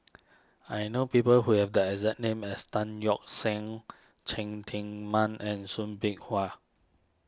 I know people who have the exact name as Tan Yeok Seong Cheng Tsang Man and Soo Bin Chua